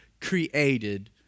created